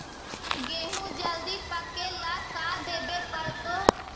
गेहूं जल्दी पके ल का देबे पड़तै?